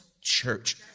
church